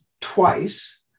twice